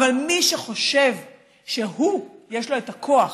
אבל מי שחושב שיש לו את הכוח